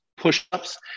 push-ups